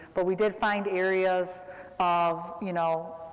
but we did find areas of, you know,